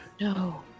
no